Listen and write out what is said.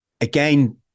again